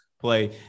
Play